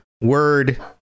word